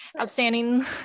outstanding